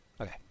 Okay